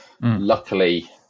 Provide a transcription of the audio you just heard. Luckily